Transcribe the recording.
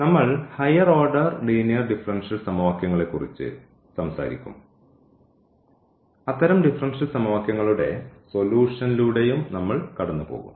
നമ്മൾ higher order linear differential സമവാക്യങ്ങളെക്കുറിച്ച് സംസാരിക്കും അത്തരം ഡിഫറൻഷ്യൽ സമവാക്യങ്ങളുടെ സൊലൂഷൻലൂടെയും നമ്മൾ കടന്നുപോകും